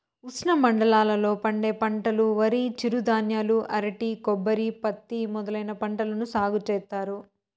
ఉష్ణమండలాల లో పండే పంటలువరి, చిరుధాన్యాలు, అరటి, కొబ్బరి, పత్తి మొదలైన పంటలను సాగు చేత్తారు